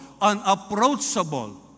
unapproachable